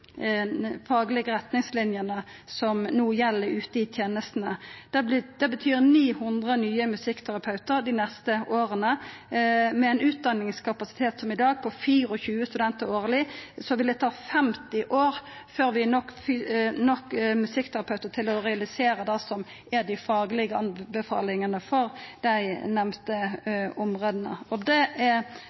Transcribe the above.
faglege retningslinjene som no gjeld ute i tenestene. Det betyr 900 nye musikkterapeutar dei neste åra. Med ein utdanningskapasitet som i dag, på 24 studentar årleg, vil det ta 50 år før vi har nok musikkterapeutar til å realisera dei faglege anbefalingane for dei nemnde områda. Det er